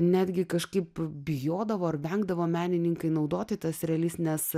netgi kažkaip bijodavo ar vengdavo menininkai naudoti tas realistines